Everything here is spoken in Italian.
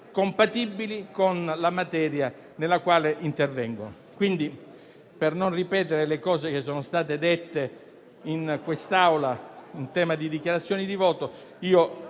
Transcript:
compatibili con la materia sulla quale intervengono.